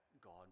God